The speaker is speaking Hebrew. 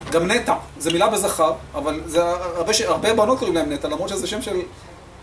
גם נטע, זו מילה בזכר, אבל זה הרבה, הרבה בנות קוראים להן נטע, למרות שזה שם של...